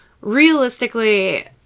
Realistically